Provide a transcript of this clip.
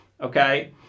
Okay